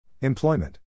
Employment